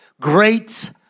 great